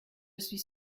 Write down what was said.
suis